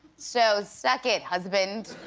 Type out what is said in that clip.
so suck it, husband!